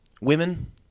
women